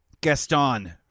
Gaston